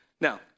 Now